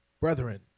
Brethren